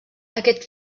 aquest